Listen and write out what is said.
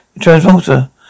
Transformer